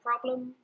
problem